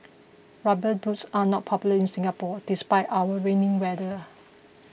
rubber boots are not popular in Singapore despite our rainy weather